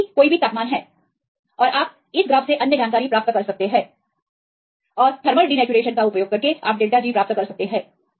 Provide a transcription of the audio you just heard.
T कोई भी तापमान है और आप इस ग्राफ से अन्य जानकारी प्राप्त कर सकते हैं और आप थर्मल डिनेचूरेशन का उपयोग करके △G प्राप्त कर सकते हैं